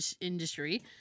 industry